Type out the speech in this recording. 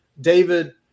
David